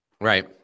Right